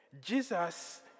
Jesus